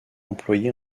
employé